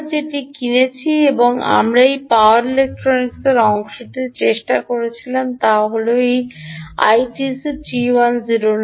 আমরা যেটি কিনেছি এবং আমরা এই পাওয়ার ইলেকট্রনিক অংশটি চেষ্টা করেছিলাম তা হল এটি আইটিসি 3109